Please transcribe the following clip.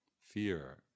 Fear